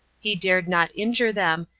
he dared not injure them,